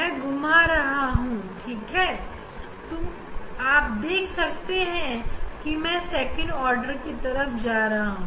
मैं इसे घूमा कर सेकंड ऑर्डर की तरफ जा रहा हूं